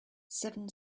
seven